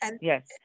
yes